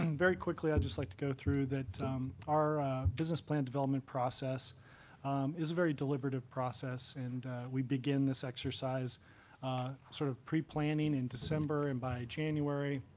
um very quickly, i'd just like to go through that our business plan development process is a very deliberative process. and we begin this exercise sort of preplanning in december. and by january,